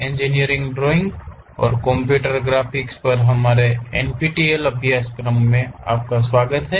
engineering drawing और computer graphics पर हमारे NPTEL ऑनलाइन प्रमाणपत्र अभ्यासक्रम में आपका स्वागत है